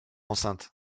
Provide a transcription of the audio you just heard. enceinte